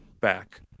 back